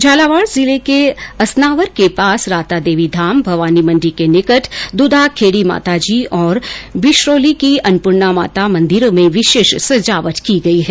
झालावाड जिले के असनावर के पास रातादेवी धाम भवानी मण्डी के निकट दूधाखेडी माताजी और मिश्रोली की अन्नपूर्णा माता मंदिरों में विशेष सजावट की गई है